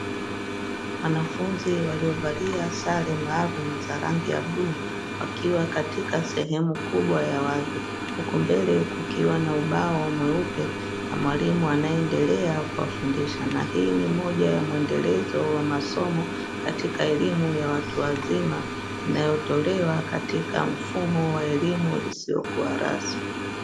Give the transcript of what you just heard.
Wanafunzi waliovalia sare maalumu za rangi ya bluu wakiwa katika sehemu kubwa ya wazi, huko mbele kukiwa na ubao mweupe na mwalimu anayeendelea kuwafundisha, na hii ni moja ya mwendelezo wa masomo katika elimu ya watu wazima inayotolewa katika mfumo wa elimu isiyokuwa rasmi.